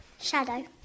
Shadow